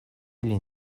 ili